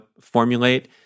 formulate